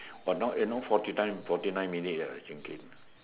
!wah! now eh now forty nine forty nine minutes ah we're reaching